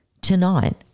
Tonight